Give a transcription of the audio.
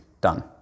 done